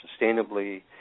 sustainably